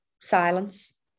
silence